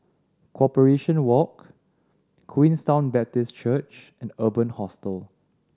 Corporation Walk Queenstown Baptist Church and Urban Hostel